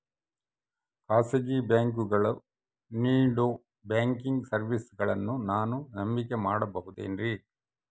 ಖಾಸಗಿ ಬ್ಯಾಂಕುಗಳು ನೇಡೋ ಬ್ಯಾಂಕಿಗ್ ಸರ್ವೇಸಗಳನ್ನು ನಾನು ನಂಬಿಕೆ ಮಾಡಬಹುದೇನ್ರಿ?